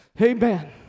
Amen